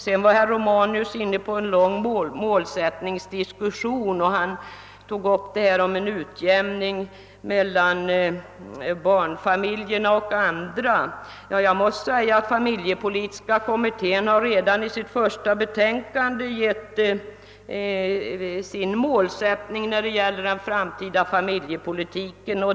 Sedan var herr Romanus inne på en lång målsättningsdiskussion, och han tog upp frågan om en utjämning mellan barnfamiljerna och andra. Familjepolitiska kommittén har redan i sitt första betänkande angivit en målsättning när det gäller den framtida familjepolitiken.